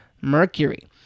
Mercury